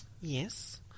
yes